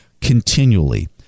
continually